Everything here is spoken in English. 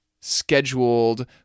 scheduled